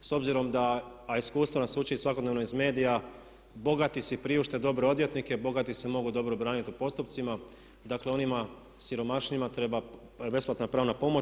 S obzirom da, a iskustvo nas uči i svakodnevno iz medija bogati si priušte dobre odvjetnike, bogati se mogu dobro braniti u postupcima, dakle onima siromašnijima treba besplatna pravna pomoć.